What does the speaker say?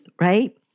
right